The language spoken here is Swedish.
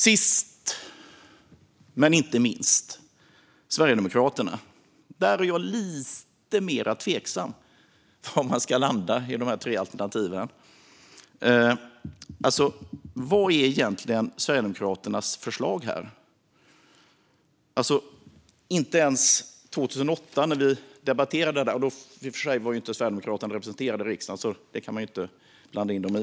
Sist men inte minst Sverigedemokraterna, där jag är lite mer tveksam till i vilket av de tre alternativen de ska landa. Vad är egentligen Sverigedemokraternas förslag här? När vi debatterade det här 2008 var Sverigedemokraterna i och för sig inte representerade i riksdagen.